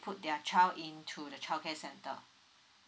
put their child into the childcare center